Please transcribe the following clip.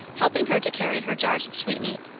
helping her to carry her jars of sweetmeat.